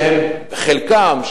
שחלקם,